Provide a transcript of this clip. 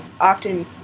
often